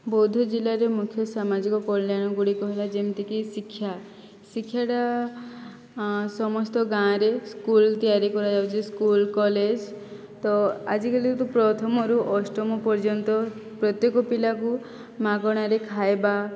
ବୌଦ୍ଧ ଜିଲ୍ଲାରେ ମୁଖ୍ୟ ସାମାଜିକ କଲ୍ୟାଣଗୁଡ଼ିକ ହେଲା ଯେମିତିକି ଶିକ୍ଷା ଶିକ୍ଷାଟା ସମସ୍ତ ଗାଁରେ ସ୍କୁଲ୍ ତିଆରି କରାଯାଉଛି ସ୍କୁଲ୍ କଲେଜ ତ ଆଜିକାଲି ତ ପ୍ରଥମରୁ ଅଷ୍ଟମ ପର୍ଯ୍ୟନ୍ତ ପ୍ରତ୍ୟେକ ପିଲାକୁ ମାଗଣାରେ ଖାଇବା